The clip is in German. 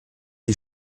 die